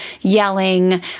yelling